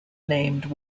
named